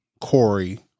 Corey